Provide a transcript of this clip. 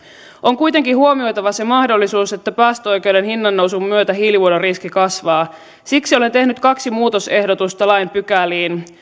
on kuitenkin huomioitava se mahdollisuus että päästöoikeuden hinnannousun myötä hiilivuodon riski kasvaa siksi olen tehnyt kaksi muutosehdotusta lain pykäliin